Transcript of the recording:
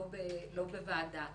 לא בוועדה.